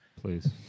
Please